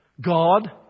God